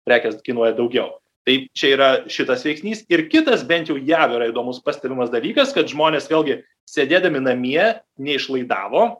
prekės kainuoja daugiau taip čia yra šitas veiksnys ir kitas bent jau jav yra įdomus pastebimas dalykas kad žmonės vėlgi sėdėdami namie neišlaidavo